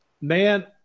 Man